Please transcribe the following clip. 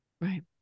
right